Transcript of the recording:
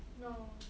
no